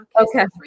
Okay